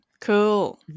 Cool